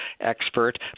expert